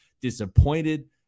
disappointed